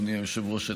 אדוני היושב-ראש,